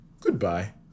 Goodbye